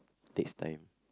takes time